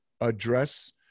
address